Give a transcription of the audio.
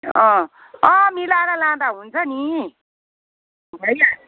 अँ मिलाएर लाँदा हुन्छ नि भइहाल्छ